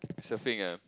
surfing ah